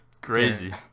crazy